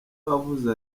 wavuze